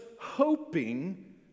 hoping